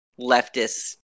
leftist